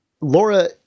Laura